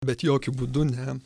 bet jokiu būdu ne